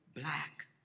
black